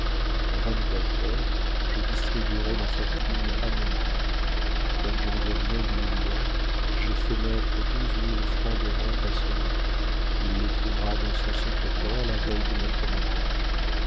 en vingt-quatre heures je distribuerai ma fortune à mon gré comme je ne veux rien d'humiliant j'ai fait mettre douze mille francs de rente à son nom il les trouvera dans son secrétaire la veille de notre mariage